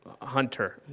hunter